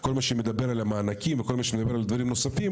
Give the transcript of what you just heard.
כל מה שמדבר על המענקים וכל מה שמדבר על דברים נוספים,